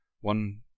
one